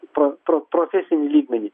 pro pro profesinį lygmenį